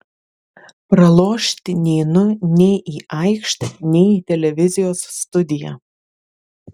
pralošti neinu nei į aikštę nei į televizijos studiją